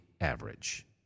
average